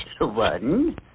One